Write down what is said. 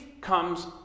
comes